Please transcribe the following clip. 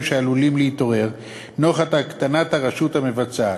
שעלולים להתעורר נוכח הקטנת הרשות המבצעת.